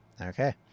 Okay